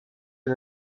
den